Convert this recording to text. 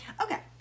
Okay